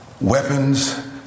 weapons